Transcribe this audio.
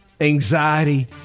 anxiety